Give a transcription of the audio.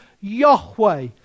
Yahweh